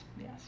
yes